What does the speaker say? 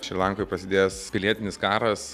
šri lankoj prasidėjęs pilietinis karas